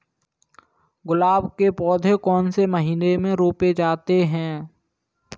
गुलाब के पौधे कौन से महीने में रोपे जाते हैं?